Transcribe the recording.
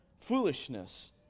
foolishness